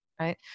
Right